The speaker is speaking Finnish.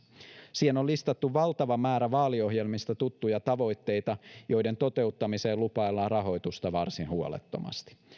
siihen on listattu valtava määrä vaaliohjelmista tuttuja tavoitteita joiden toteuttamiseen lupaillaan rahoitusta varsin huolettomasti